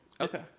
Okay